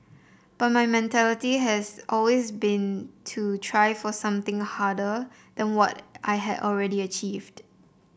but my mentality has always been to try for something harder than what I had already achieved